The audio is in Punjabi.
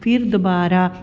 ਫੇਰ ਦੁਬਾਰਾ